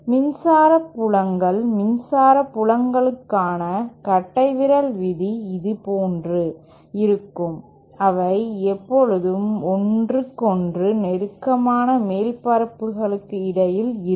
மின்சார புலங்கள் மின்சார புலங்களுக்கான கட்டைவிரல் விதி இது போன்று இருக்கும் அவை எப்போதும் ஒன்றுக்கொன்று நெருக்கமான மேற்பரப்புகளுக்கு இடையில் இருக்கும்